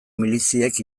miliziek